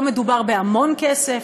לא מדובר בהמון כסף,